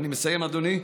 אני מסיים, אדוני.